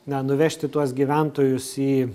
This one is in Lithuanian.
na nuvežti tuos gyventojus į